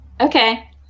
Okay